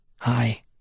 Hi